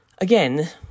again